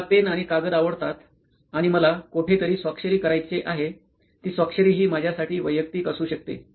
मला पेन आणि कागद आवडतात आणि मला कोठेतरी स्वाक्षरी करायचे आहे ती स्वाक्षरी ही माझ्यासाठी वैयक्तिक असू शकते